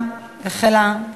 כן.